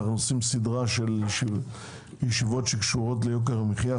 אנו עושים סדרה של ישיבות הקשורות ליוקר המחיה.